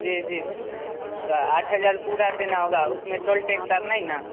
जी जी तो आठ हज़ार पूरा देना होगा उसमें टॉल टैक्स और नहीं ना